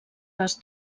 les